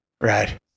Right